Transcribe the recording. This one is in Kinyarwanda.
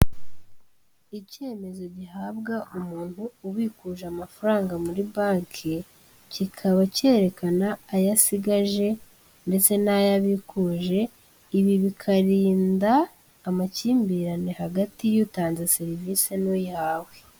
Icyemezo gihabwa umuntu ubikuje amafaranga muri banki, kikaba cyerekana aya asigaje ndetse n'ayo abikuje, ibi bikarinda amakimbirane hagati y'utanze serivise n'uyihawe.